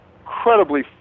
incredibly